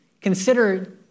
consider